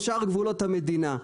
או שאר גבולות המדינה,